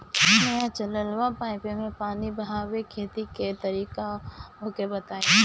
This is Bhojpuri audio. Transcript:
नया चलल बा पाईपे मै पानी बहाके खेती के तरीका ओके बताई?